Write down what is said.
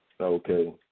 Okay